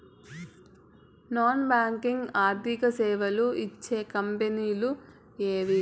Non banking ఆర్థిక సేవలు ఇచ్చే కంపెని లు ఎవేవి?